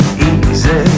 Easy